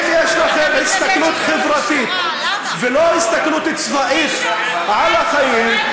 אם יש לכם הסתכלות חברתית ולא הסתכלות צבאית על החיים,